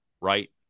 right